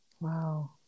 wow